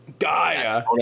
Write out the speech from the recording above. gaia